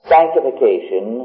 Sanctification